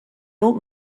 old